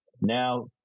Now